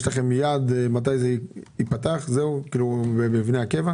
יש לכם יעד מתי הנציגות תיפתח במבנה הקבע?